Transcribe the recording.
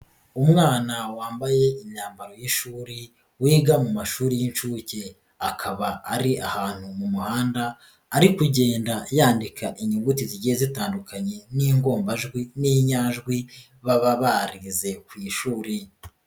Umwana wambaye imyambaro y'ishuri, wiga mu mashuri y'inshuke. Akaba ari ahantu mu muhanda, ari kugenda yandika inyuguti zigiye zitandukanye n'ingombajwi n'inyajwi, baba bari ku ishuri.